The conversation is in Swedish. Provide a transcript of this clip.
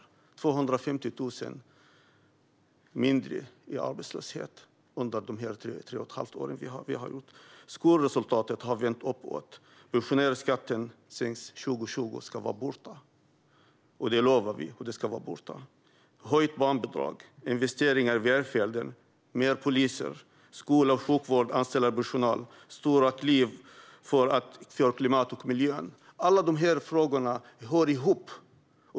Det är 250 000 färre i arbetslöshet under de här tre och ett halvt åren. Skolresultatet har vänt uppåt. Pensionärsskatten sänks 2020 och ska vara borta. Vi lovar att den ska vara borta. Det handlar om höjt barnbidrag, investeringar i välfärden och fler poliser, att skola och sjukvård ska anställa personal och stora kliv för klimatet och miljön. Alla de frågorna hör ihop.